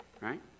Right